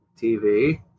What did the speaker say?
TV